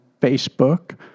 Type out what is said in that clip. Facebook